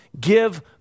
give